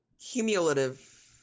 cumulative